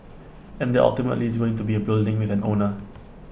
and that ultimately is going to be A building with an owner